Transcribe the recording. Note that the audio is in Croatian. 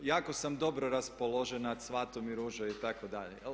Jako sam dobro raspoložena, cvatu mi ruže itd.